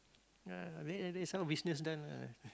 ah very headache some business done ah